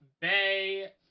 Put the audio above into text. Bay